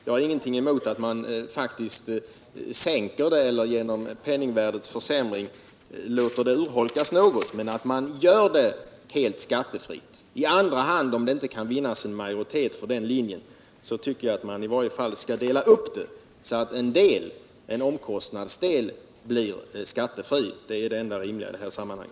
Jag har ingenting emot att man sänker bidraget eller genom penningvärdeförsämringen låter det urholkas något, bara man gör det helt skattefritt. Om majoritet inte kan vinnas för den linjen, tycker jag att man i varje fall skall dela 9” upp bidraget så att en del, en omkostnadsdel, blir skattefri. Det är det enda rimliga i detta sammanhang.